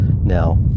now